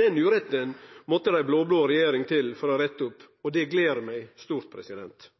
Den uretten måtte det ei blå-blå regjering til for å rette opp, og det gler meg stort.